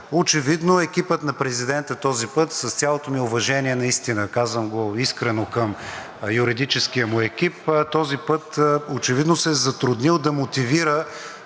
Очевидно екипът на президента този път, с цялото ми уважение, наистина, казвам го искрено към юридическия му екип, този път очевидно се е затруднил да мотивира